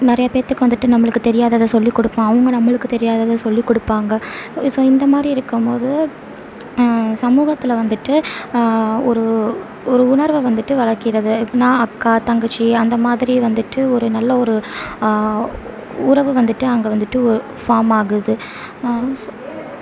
நிறையா பேத்துக்கு வந்துவிட்டு நம்மளுக்கு தெரியாததை சொல்லிக் கொடுப்போம் அவங்க நம்மளுக்கு தெரியாததை சொல்லிக் கொடுப்பாங்க ஓ ஸோ இந்த மாதிரி இருக்கம்போது சமூகத்தில் வந்துவிட்டு ஒரு ஒரு உணர்வை வந்துவிட்டு வளர்க்கிறது நான் அக்கா தங்கச்சி அந்த மாதிரி வந்துவிட்டு ஒரு நல்ல ஒரு உறவு வந்துவிட்டு அங்கே வந்துவிட்டு ஓ ஃபார்ம் ஆகுது ஸோ